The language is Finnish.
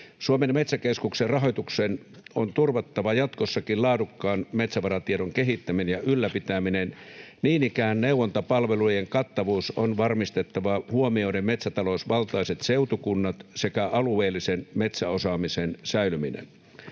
Suomen metsäkeskuksen rahoituksen on turvattava jatkossakin laadukkaan metsävaratiedon kehittäminen ja ylläpitäminen, niin ikään neuvontapalvelujen kattavuus on varmistettava huomioiden metsätalousvaltaiset seutukunnat sekä alueellisen metsäosaamisen säilyminen.